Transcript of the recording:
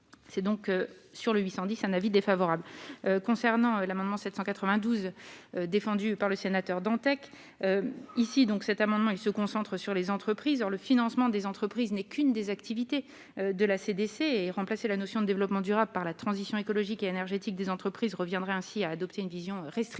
c'est donc sur le 810 un avis défavorable concernant l'amendement 792 défendu par le sénateur Dantec ici donc, cet amendement, il se concentre sur les entreprises sur le financement des entreprises n'est qu'une des activités de la CDC et remplacer la notion de développement durable par la transition écologique et énergétique des entreprises reviendrait ainsi à adopter une vision restrictive